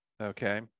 okay